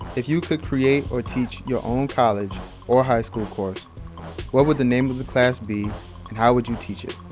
if you could create or teach your own college or high school course, what would the name of the class be and how would you teach it?